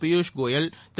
Piyush Goyal Thiru